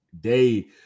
day